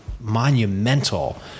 monumental